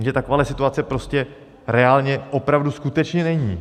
Jenže taková situace prostě reálně, opravdu skutečně není.